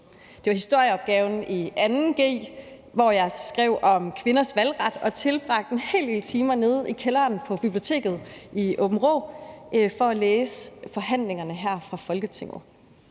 Det var historieopgaven i 2. g, hvor jeg skrev om kvinders valgret og tilbragte en hel del timer nede i kælderen på biblioteket i Aabenraa for at læse forhandlingerne her fra Folketinget.